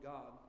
God